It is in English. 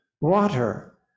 water